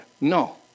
No